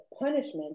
punishment